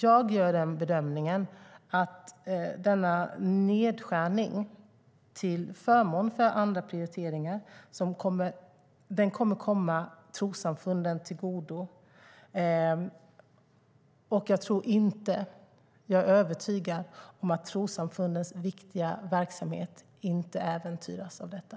Jag gör den bedömningen att denna nedskärning till förmån för andra prioriteringar kommer att komma trossamfunden till godo. Jag är övertygad om att trossamfundens viktiga verksamhet inte äventyras av detta.